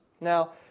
Now